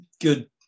good